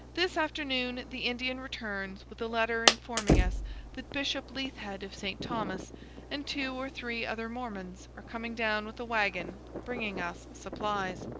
this afternoon the indian returns with a letter informing us that bishop leithhead of st. thomas and two or three other mormons are coming down with a wagon, bringing us supplies.